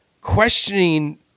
questioning